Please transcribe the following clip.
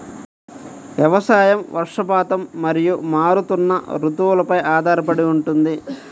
వ్యవసాయం వర్షపాతం మరియు మారుతున్న రుతువులపై ఆధారపడి ఉంటుంది